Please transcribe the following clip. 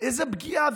איזו פגיעה.